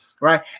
Right